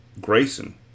Grayson